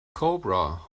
cobra